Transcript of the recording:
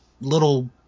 little